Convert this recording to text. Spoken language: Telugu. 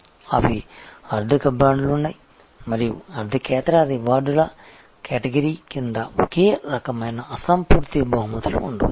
అవి ఆర్థిక బాండ్లు ఉన్నాయి మరియు ఆర్థికేతర రివార్డుల కేటగిరీ కింద ఒక రకమైన అసంపూర్తి బహుమతులు ఉండవచ్చు